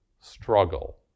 struggle